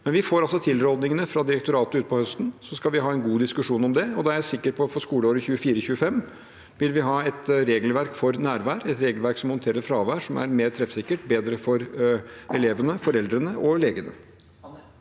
Vi får tilrådingene fra direktoratet utpå høsten, og så skal vi ha en god diskusjon om det. Jeg er sikker på at for skoleåret 2024–2025 vil vi ha et regelverk for nærvær, et regelverk som håndterer fravær, som er mer treffsikkert, bedre for elevene, foreldrene og legene.